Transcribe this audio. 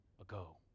ago